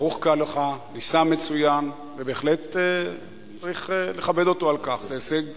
ערוך כהלכה, בהחלט צריך לכבד אותו על כך, זה הישג